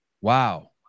wow